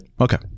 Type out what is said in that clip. Okay